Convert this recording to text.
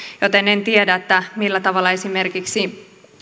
joten en tiedä millä tavalla esimerkiksi